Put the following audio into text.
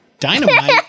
Dynamite